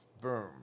boom